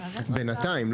בינתיים.